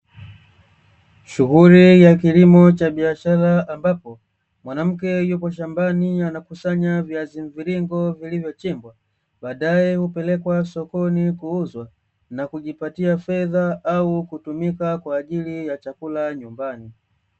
Shughuli ya kilimo cha biashara ambapo, mwanamke yupo shambani anakusanya viazi mviringo vilivyochimbwa, baadaye hupelekwa sokoni kuuzwa, na kujipatia fedha au kutumika kwa ajili ya chakula nyumbani.